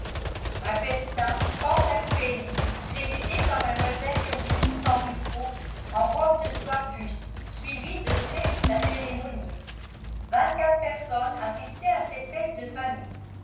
un festin pantagruélique présidé par mlle virginie sambucco en robe de soie puce suivit de près la cérémonie vingt-quatre personnes assistaient à cette fête de famille